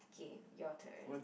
okay your turn